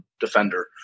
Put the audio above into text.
defender